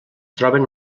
troben